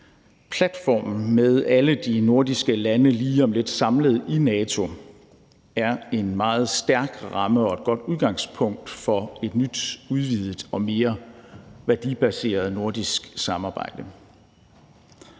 platformen med alle de nordiske lande lige om lidt samlet i NATO er en meget stærk ramme og et godt udgangspunkt for et nyt udvidet og mere værdibaseret nordisk samarbejde.